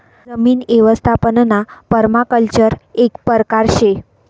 जमीन यवस्थापनना पर्माकल्चर एक परकार शे